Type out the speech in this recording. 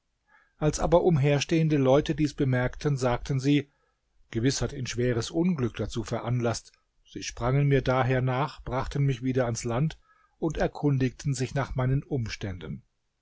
als aber umherstehende leute dies bemerkten sagten sie gewiß hat ihn schweres unglück dazu veranlaßt sie sprangen mir daher nach brachten mich wieder ans land und erkundigen sich nach meinen umständen